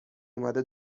اومده